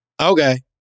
Okay